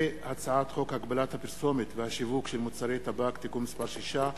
הצעת חוק הגבלת הפרסומת והשיווק של מוצרי טבק (תיקון מס' 6),